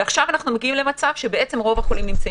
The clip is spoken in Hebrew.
עכשיו אנחנו מגיעים למצב שבעצם רוב החולים נמצאים